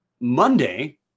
Monday